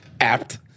Apt